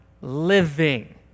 living